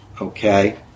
okay